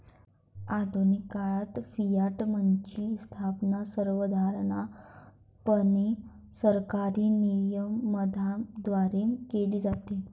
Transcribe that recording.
आधुनिक काळात फियाट मनीची स्थापना सर्वसाधारणपणे सरकारी नियमनाद्वारे केली जाते